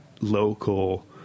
local